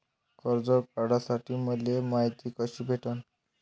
कर्ज काढासाठी मले मायती कशी भेटन?